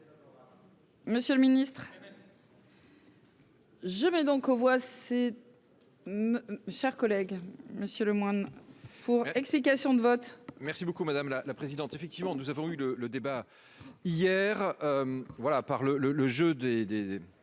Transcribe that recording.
Monsieur le Ministre. Je mets donc aux voix c'est. Cher collègue Monsieur Lemoine pour explication de vote. Merci beaucoup, madame la présidente, effectivement, nous avons eu le le débat hier voilà par le le le